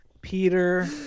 Peter